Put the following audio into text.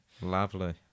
lovely